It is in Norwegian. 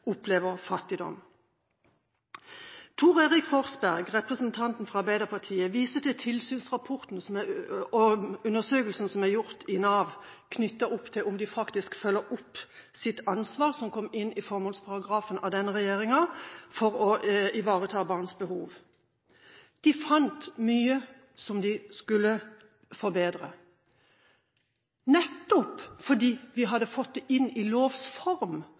opplever fattigdom. Thor Erik Forsberg, representanten fra Arbeiderpartiet, viste til tilsynsrapporten og undersøkelsen i Nav om hvorvidt de faktisk følger opp sitt ansvar for å ivareta barns behov, noe som under denne regjeringen kom inn i formålsparagrafen. De fant mye som de skulle forbedre. Nettopp fordi vi hadde fått det i lovs form,